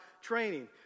training